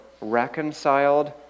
reconciled